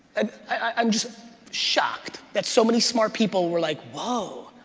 ah i'm just shocked that so many smart people were like, whoa.